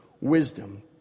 wisdom